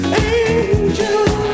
angel